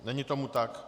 Není tomu tak.